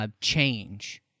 Change